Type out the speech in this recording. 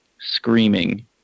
screaming